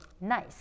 nice